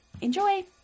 Enjoy